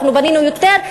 אנחנו בנינו יותר,